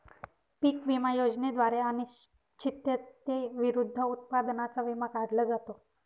पीक विमा योजनेद्वारे अनिश्चिततेविरुद्ध उत्पादनाचा विमा काढला जातो